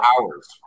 hours